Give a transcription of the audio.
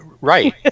Right